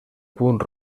punt